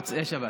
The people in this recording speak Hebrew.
מוצאי שבת.